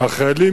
חיילים.